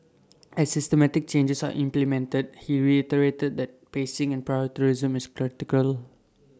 as systematic changes are implemented he reiterated that pacing and is critical